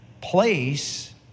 place